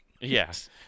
Yes